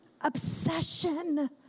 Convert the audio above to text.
obsession